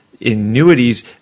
annuities